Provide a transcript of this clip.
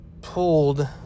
pulled